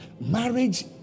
Marriage